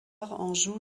anjou